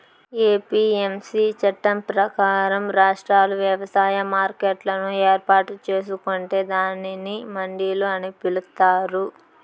APMC చట్టం ప్రకారం, రాష్ట్రాలు వ్యవసాయ మార్కెట్లను ఏర్పాటు చేసుకొంటే దానిని మండిలు అని పిలుత్తారు